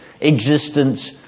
existence